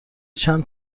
چند